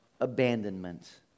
abandonment